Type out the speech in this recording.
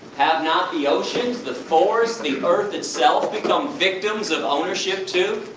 have not the oceans, the forests, the earth itself, become victims of ownership too?